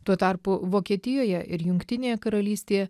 tuo tarpu vokietijoje ir jungtinėje karalystėje